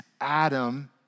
Adam